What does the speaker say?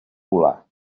volar